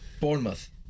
Bournemouth